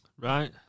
Right